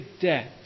debt